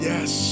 Yes